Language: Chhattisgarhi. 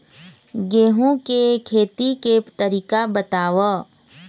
गेहूं के खेती के तरीका बताव?